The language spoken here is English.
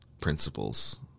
principles